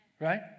Right